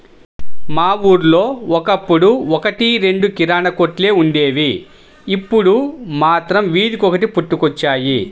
మా ఊళ్ళో ఒకప్పుడు ఒక్కటి రెండు కిరాణా కొట్లే వుండేవి, ఇప్పుడు మాత్రం వీధికొకటి పుట్టుకొచ్చాయి